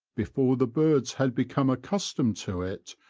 before the birds had become accustomed to it,